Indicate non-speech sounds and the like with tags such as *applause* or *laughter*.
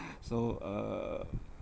*laughs* so uh